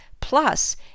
plus